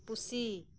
ᱯᱩᱥᱤ